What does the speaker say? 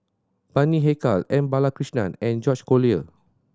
Bani Haykal M Balakrishnan and George Collyer